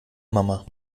mama